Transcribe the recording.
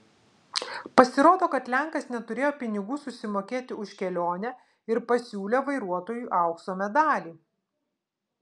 pasirodo kad lenkas neturėjo pinigų susimokėti už kelionę ir pasiūlė vairuotojui aukso medalį